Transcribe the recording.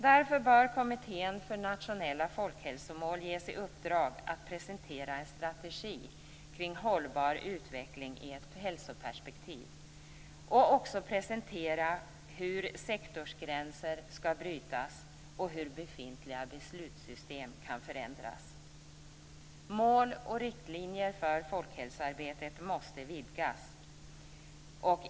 Därför bör Kommittén för nationella folkhälsomål ges i uppdrag att presentera en strategi kring hållbar utveckling i ett hälsoperspektiv samt presentera hur sektorsgränser skall brytas och hur befintliga beslutssystem kan förändras. Mål och riktlinjer för folkhälsoarbetet måste vidgas.